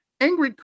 angry